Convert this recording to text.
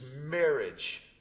marriage